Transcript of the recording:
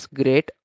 great